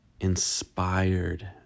inspired